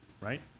right